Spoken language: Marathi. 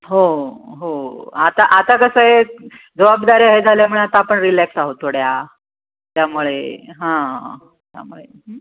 हो हो आता आता कसं आहे जबाबदाऱ्या हे झाल्यामुळे आता आपण रिलॅक्स आहोत थोड्या त्यामुळे हां त्यामुळे